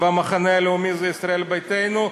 במחנה הלאומי היא ישראל ביתנו,